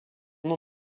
nom